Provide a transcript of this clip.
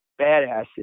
badasses